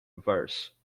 verse